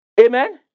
Amen